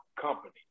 company